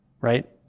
right